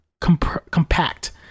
compact